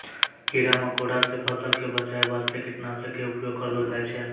कीड़ा मकोड़ा सॅ फसल क बचाय वास्तॅ कीटनाशक के उपयोग करलो जाय छै